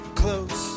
close